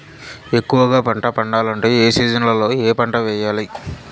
ఎక్కువగా పంట పండాలంటే ఏ సీజన్లలో ఏ పంట వేయాలి